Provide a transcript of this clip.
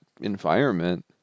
environment